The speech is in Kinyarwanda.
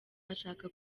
ashaka